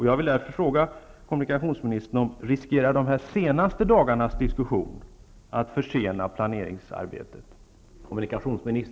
Jag vill därför fråga kommunikationsministern: Riskerar dessa senaste dagars diskussion att försena planeringsarbetet?